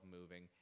moving